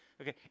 Okay